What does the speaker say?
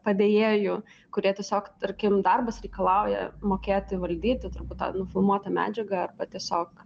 padėjėjų kurie tiesiog tarkim darbas reikalauja mokėti valdyti turbūt tą nufilmuotą medžiagą arba tiesiog